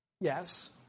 yes